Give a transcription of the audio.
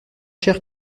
chers